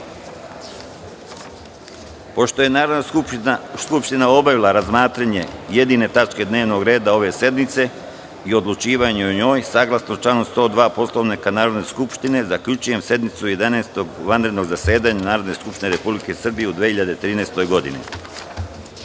je Narodna skupština obavila razmatranje jedine tačke dnevnog reda ove sednice i odlučivanje o njoj, saglasno članu 102. Poslovnika Narodne skupštine, zaključujem sednicu Jedanaestog vanrednog zasedanja Narodne skupštine Republike Srbije u 2013.